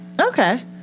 Okay